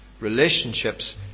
relationships